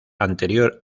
anterior